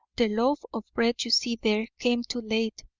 the loaf of bread you see there came too late.